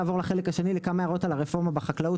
כמה הערות על הרפורמה בחקלאות,